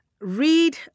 read